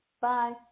Bye